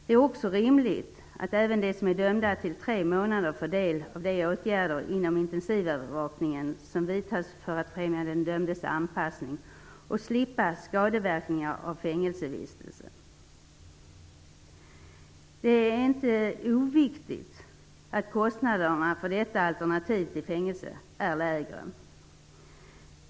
Det är också rimligt att även de som är dömda till tre månader får del av de åtgärder inom intensivövervakningen som vidtas för att främja den dömdes anpassning och slippa skadeverkningar av fängelsevistelse. Det är inte oviktigt att kostnaderna för detta alternativ till fängelse är lägre.